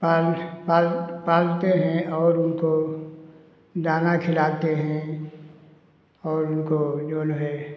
पाल पाल पालते हैं और उनको दाना खिलाते हैं और उनको जऊन है